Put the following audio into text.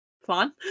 fun